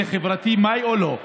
זה חברתי, מאי, או לא?